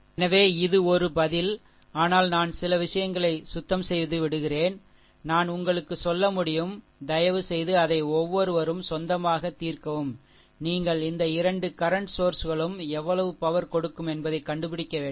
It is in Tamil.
எனவே இது ஒரு பதில் ஆனால் நான் சில விஷயங்களை சுத்தம் செய்துவிடுகிறேன் நான் உங்களுக்கு சொல்ல முடியும் தயவுசெய்து அதை ஒவ்வொருவரும் சொந்தமாக தீர்க்கவும் நீங்கள் இந்த இரண்டு கரன்ட் சோர்ஷ் களும் எவ்வளவு பவர்கொடுக்கும் என்பதைக் கண்டுபிடிக்க வேண்டும்